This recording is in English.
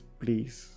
please